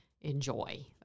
enjoy